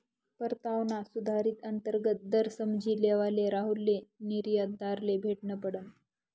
परतावाना सुधारित अंतर्गत दर समझी लेवाले राहुलले निर्यातदारले भेटनं पडनं